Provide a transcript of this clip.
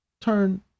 Turn